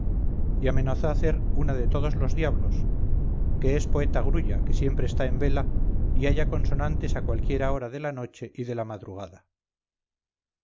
y amenazó a hacer una de todos los diablos que es poeta grulla que siempre está en vela y halla consonantes a cualquiera hora de la noche y de la madrugada